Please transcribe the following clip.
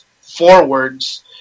forwards